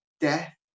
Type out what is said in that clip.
death